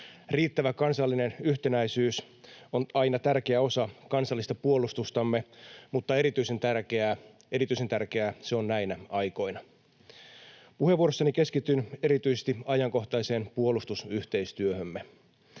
Riittävä kansallinen yhtenäisyys on aina tärkeä osa kansallista puolustustamme, mutta erityisen tärkeää — erityisen tärkeää — se on näinä aikoina. Puheenvuorossani keskityn erityisesti ajankohtaiseen puolustusyhteistyöhömme.